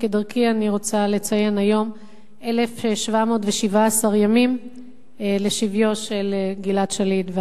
כדרכי אני רוצה לציין: היום 1,717 ימים לשביו של גלעד שליט,